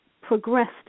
progressed